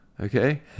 Okay